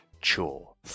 Chore